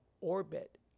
orbit